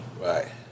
Right